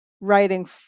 writing